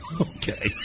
Okay